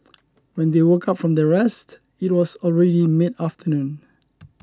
when they woke up from their rest it was already mid afternoon